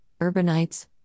urbanites